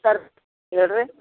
sir ಹೇಳ್ರಿ